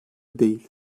değil